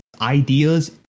ideas